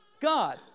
God